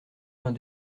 vingt